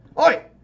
Oi